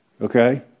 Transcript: Okay